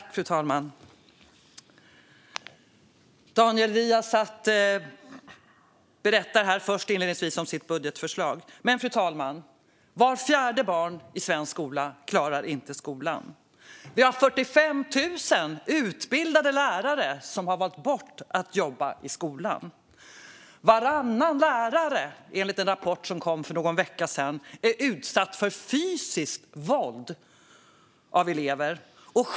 Fru talman! Daniel Riazat berättar här inledningsvis om sitt budgetförslag. Fru talman! Vart fjärde barn i svensk skola klarar inte skolan. Vi har 45 000 utbildade lärare som har valt bort att jobba i skolan. Varannan lärare, enligt en rapport som kom för någon vecka sedan, är utsatt för fysiskt våld av elever.